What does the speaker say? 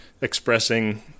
expressing